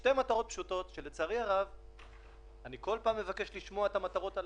שתי מטרות פשוטות שלצערי הרב אני כל פעם מבקש לשמוע אותן,